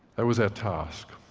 that was our task.